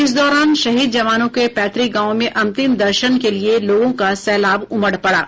इस दौरान शहीद जवानों के पैतृक गांवों में अंतिम दर्शन के लिये लोगों का सैलाब उमड़ पड़ा